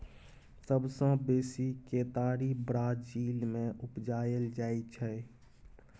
सबसँ बेसी केतारी ब्राजील मे उपजाएल जाइ छै